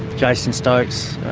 jason stokes,